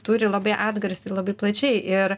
turi labai atgarsį ir labai plačiai ir